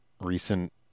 recent